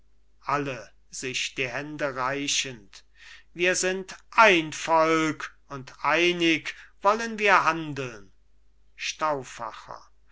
alle sich die hände reichend wir sind ein volk und einig wollen wir handeln